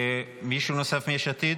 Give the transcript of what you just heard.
מישהו נוסף מיש עתיד?